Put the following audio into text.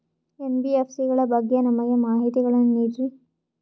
NBFC ಗಳ ಬಗ್ಗೆ ನಮಗೆ ಮಾಹಿತಿಗಳನ್ನ ನೀಡ್ರಿ?